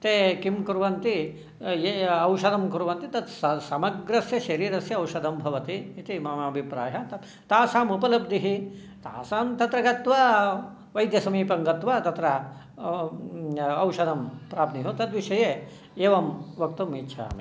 ते किं कुर्वन्ति ये औषधं कुर्वन्ति तत् समग्रस्य शरीरस्य औषधं भवति इति मम अभिप्रायः तत् तासाम् उपलब्धिः तासां तत्र गत्वा वैद्यसमीपं गत्वा तत्र औषधं प्राप्नुयुः तद्विषये एवं वक्तुम् इच्छामि